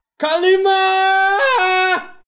Kalima